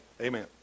Amen